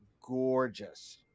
gorgeous